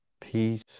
peace